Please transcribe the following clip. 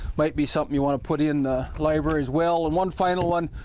might be something you want to put in the library as well. and one final one,